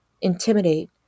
intimidate